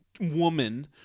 woman